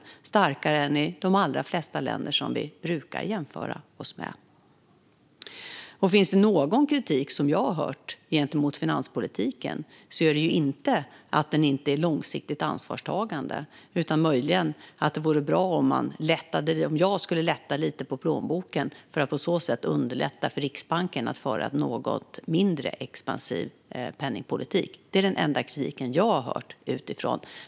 Den har varit starkare än i de allra flesta länder som vi brukar jämföra oss med. Om det finns någon kritik gentemot finanspolitiken som jag har hört är det inte att den inte är långsiktigt ansvarstagande, utan möjligen att det vore bra om jag lättade lite på plånboken för att på så sätt underlätta för Riksbanken att föra en något mindre expansiv penningpolitik. Det är den enda kritiken som jag har hört utifrån.